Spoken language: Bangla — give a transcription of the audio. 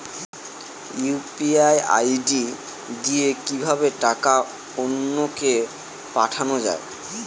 ইউ.পি.আই আই.ডি দিয়ে কিভাবে টাকা অন্য কে পাঠানো যায়?